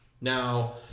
now